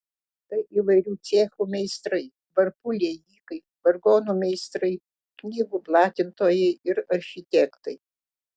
tai įvairių cechų meistrai varpų liejikai vargonų meistrai knygų platintojai ir architektai